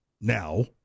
Now